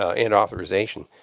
and authorization.